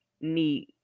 need